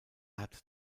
hat